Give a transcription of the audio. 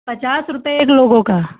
पचास रूपये एक लोगों का